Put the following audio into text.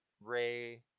Ray